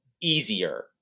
easier